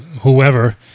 whoever